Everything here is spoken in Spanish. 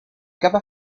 cada